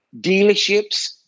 dealerships